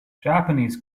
japanese